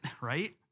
right